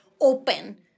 open